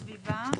הסביבה,